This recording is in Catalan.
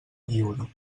lliure